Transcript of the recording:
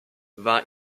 war